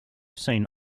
seen